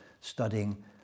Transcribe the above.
studying